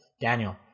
Daniel